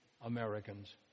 Americans